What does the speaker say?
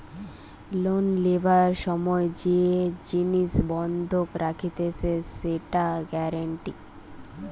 loan লিবার সময় যে জিনিস বন্ধক রাখতিছে সেটা গ্যারান্টি